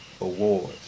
awards